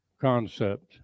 concept